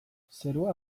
zerua